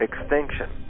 extinction